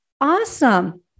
awesome